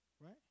right